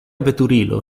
veturilo